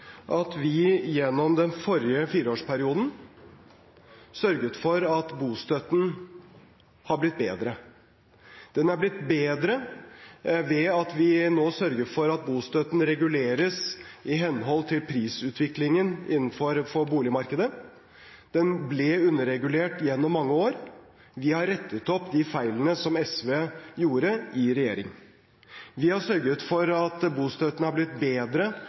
at vi gjennom den forrige fireårsperioden sørget for at bostøtten ble bedre. Den er blitt bedre ved at vi nå sørger for at bostøtten reguleres i henhold til prisutviklingen innenfor boligmarkedet. Den ble underregulert gjennom mange år. Vi har rettet opp de feilene som SV gjorde i regjering. Vi har sørget for at bostøtten har blitt bedre